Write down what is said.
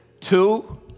two